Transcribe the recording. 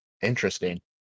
interesting